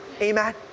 Amen